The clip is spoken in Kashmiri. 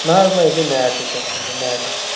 نہ حظ نہ یہِ چھِ میٚتھ میتھ حظ